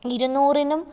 ഇരുന്നൂറിനും